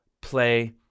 play